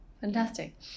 Fantastic